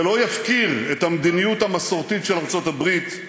ולא יפקיר את המדיניות המסורתית של ארצות-הברית,